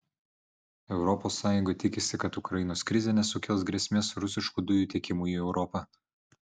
europos sąjunga tikisi kad ukrainos krizė nesukels grėsmės rusiškų dujų tiekimui į europą